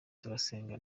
turasenga